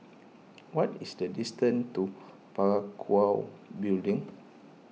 what is the distance to Parakou Building